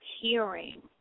hearing